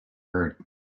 heard